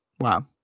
Wow